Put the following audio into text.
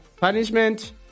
Punishment